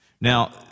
Now